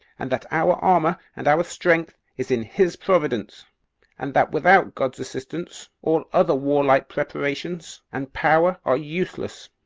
and that our armor and our strength is in his providence and that without god's assistance, all other warlike preparations and power are useless.